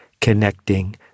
connecting